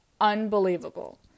Unbelievable